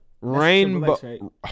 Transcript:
Rainbow